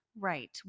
Right